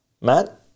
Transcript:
Matt